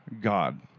God